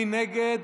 מי נגד?